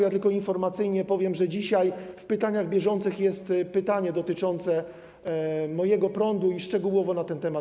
Ja tylko informacyjne powiem, że dzisiaj w pytaniach bieżących jest pytanie dotyczące „Mojego prądu” i będę szczegółowo mówił na ten temat.